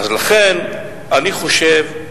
לכן, אני חושב,